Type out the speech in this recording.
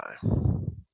time